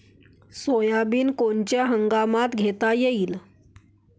Soybean कोनच्या हंगामात घेता येईन?